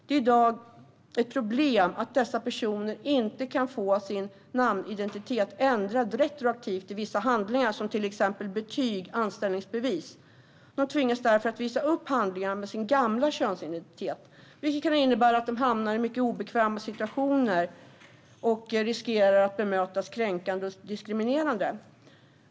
Det är i dag ett problem att dessa personer inte kan få sin namnidentitet ändrad retroaktivt i vissa handlingar, till exempel betyg och anställningsbevis. De tvingas därmed visa upp handlingar med den gamla könsidentiteten, vilket kan innebära att de hamnar i mycket obekväma situationer och riskerar att bemötas kränkande och diskriminerande.